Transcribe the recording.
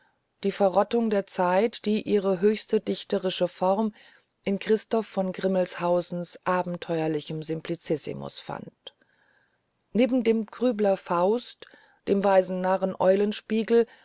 die verrottung der zeit die ihre höchste dichterische formung in christoph von grimmelshausens abenteuerlichem simplizissimus fand neben dem grübler faust dem weisen